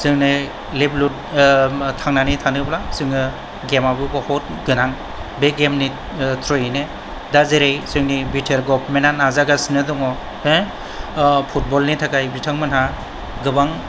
जोंनो लेभलिहुड थांनानै थानोब्ला जोङो गेमाबो बहुद गोनां बे गेमनि थ्रयैनो दा जेरै जोंनि बि टि आर गभर्नमेन्टआ नाजागासिनो दङ' हो फुटबलनि थाखाय बिथांमोना गोबां